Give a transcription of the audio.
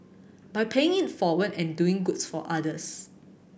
by paying it forward and doing good for others